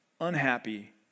unhappy